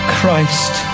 Christ